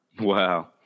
wow